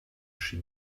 she